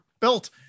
built